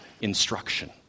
instruction